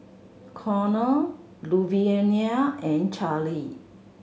Connor Luvinia and Charlie